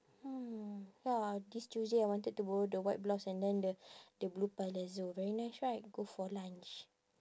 hmm ya this tuesday I wanted to borrow the white blouse and then the the blue palazzo very nice right go for lunch